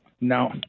No